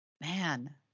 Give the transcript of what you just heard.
Man